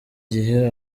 gihe